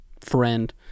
friend